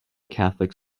catholic